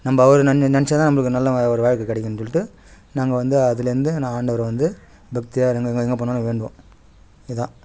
நம்ப அவரை நென் நினச்சா தான் நம்பளுக்கு நல்ல ஒரு வாழ்க்கைக் கிடைக்குன்னு சொல்லிட்டு நாங்கள் வந்து அதுலேருந்து நான் ஆண்டவரை வந்து பக்தியாக எங்க எங்கே எங்கே போனாலும் வேண்டுவோம் இதுதான்